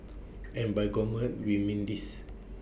and by gourmet we mean this